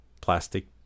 plastic